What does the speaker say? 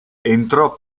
entrò